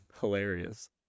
Hilarious